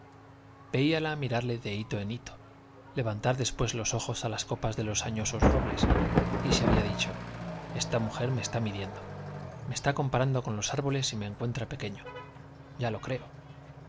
veíala mirarle de hito en hito levantar después los ojos a las copas de los añosos robles y se había dicho esta mujer me está midiendo me está comparando con los árboles y me encuentra pequeño ya lo creo